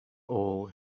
all